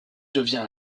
devient